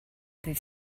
dydd